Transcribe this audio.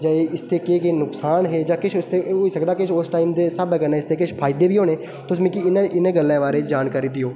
जां इसदे केह् केह् नुकसान हे जां किश इसदे होई सकदा किश उस टाइम दे स्हाबै कन्नै इसदे किश फायदे बी होने तुस मिगी इ'नें इ'नें गल्लें बारे च जानकारी देओ